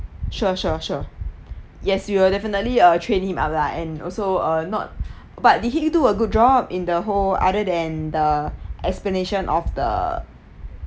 sure sure sure yes we will definitely uh train him up lah and also uh not but did he do a good job in the whole other than the explanation of the